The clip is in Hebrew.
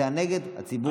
זה היה נגד הציבור הדתי.